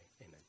amen